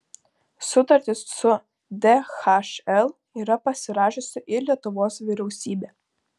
sutartį su dhl yra pasirašiusi ir lietuvos vyriausybė